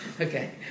Okay